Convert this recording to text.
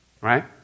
Right